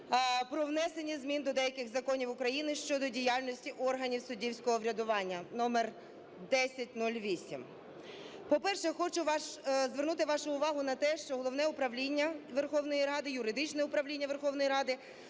про внесення змін до деяких законів України щодо діяльності органів суддівського врядування (номер 1008). По-перше, хочу звернути вашу увагу на те, що головне управління Верховної Ради, юридичне управління Верховної Ради